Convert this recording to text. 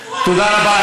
תודה רבה,